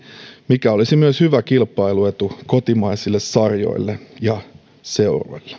mikä olisi myös hyvä kilpailuetu kotimaisille sarjoille ja seuroille